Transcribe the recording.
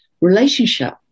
relationship